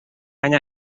any